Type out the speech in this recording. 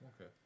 Okay